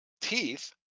teeth